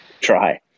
try